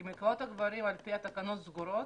כי מקוואות הגברים, לפי התקנות, סגורים,